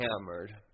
hammered